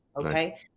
Okay